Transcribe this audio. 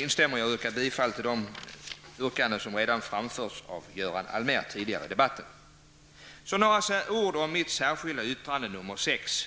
instämmer jag i de yrkanden som Göran Allmér framfört tidigare under debatten. Så några ord om mitt särskilda yttrande nr 6.